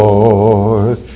Lord